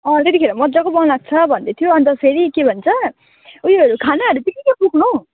अँ त्यतिखेर मजाको बनाएको छ भन्दैथ्यो अन्त फेरि के भन्छ ऊ योहरू खानाहरू चाहिँ के के बोक्नु हो